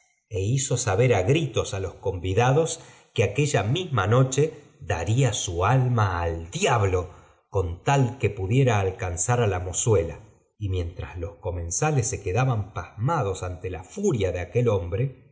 é hizo saber á gritos á los convidados que aquella misma noche daría su alma al ndiablo con tal que pudiera alcanzar á la mozuenla n y mientras los comensales se quedaban pas i mados ante la furia de aquel hombre